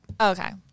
Okay